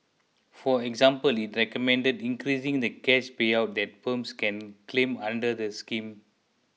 for example it recommended increasing the cash payout that firms can claim under the scheme